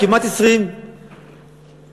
כמעט 20. נו,